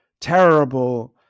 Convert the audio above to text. terrible